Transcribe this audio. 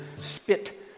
spit